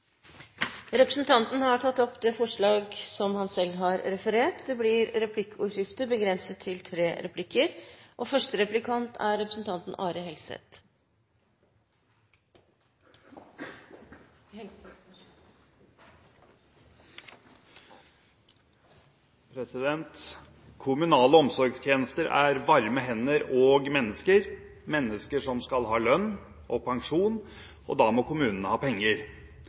Representanten Abid Q. Raja har tatt opp det forslaget han refererte til. Det blir replikkordskifte. Kommunale omsorgstjenester er varme hender og mennesker, mennesker som skal ha lønn og pensjon, og da må kommunene ha penger.